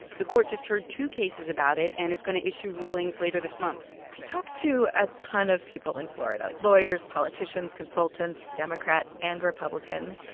the court just heard two cases about it and is going to issue rulings later this month i talked to a ton of people in florida lawyers, politicians, consultants democrat and republican.